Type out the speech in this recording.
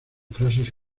frases